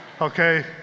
okay